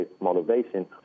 motivation